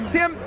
Tim